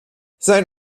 sein